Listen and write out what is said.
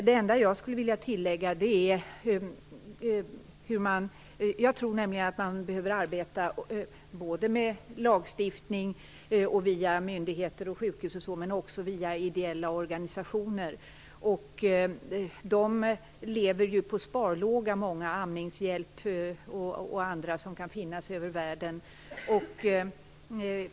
Det enda jag vill tillägga är att jag tror att man behöver arbeta med lagstiftning, via myndigheter och sjukhus men också via ideella organisationer. Många - Amningshjälpen och andra som finns ute i världen - av dessa lever ju på sparlåga.